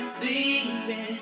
baby